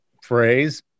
phrase